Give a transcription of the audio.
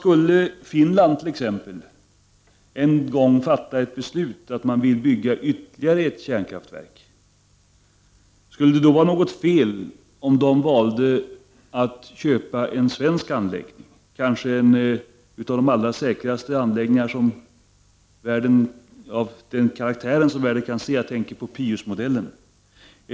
Skulle det vara felaktigt om t.ex. Finland valde att köpa en svensk anläggning, om Finland en gång fattade beslutet att bygga ytterligare ett kärnkraftverk? En svensk anläggning är kanske en av de allra säkraste i sitt slag i världen. Jag tänker på Pius-modellen.